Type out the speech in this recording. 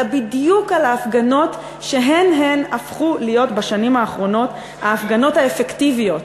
אלא בדיוק על ההפגנות שהפכו להיות בשנים האחרונות ההפגנות האפקטיביות